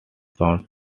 sound